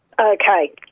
Okay